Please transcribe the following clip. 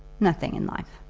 nothing in life.